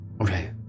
Okay